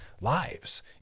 lives